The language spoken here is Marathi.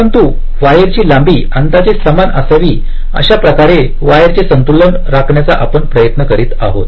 परंतु वायर ची लांबी अंदाजे समान असावी अशा प्रकारे वायर चे संतुलन राखण्याचा आपण प्रयत्न करीत आहोत